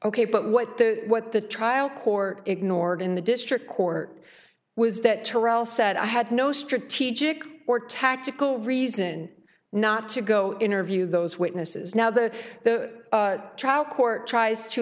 ok but what the what the trial court ignored in the district court was that terrelle said i had no strategic or tactical reason not to go interview those witnesses now the the trial court tries to